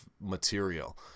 material